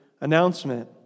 announcement